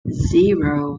zero